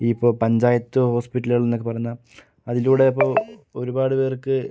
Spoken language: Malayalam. ഇപ്പം പഞ്ചായത്ത് ഹോസ്പിറ്റലുകൾ എന്നൊക്കെ പറഞ്ഞാൽ അതിലൂടെ ഇപ്പോൾ ഒരുപാട് പേർക്ക്